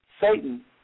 Satan